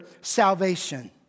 salvation